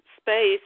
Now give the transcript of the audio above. space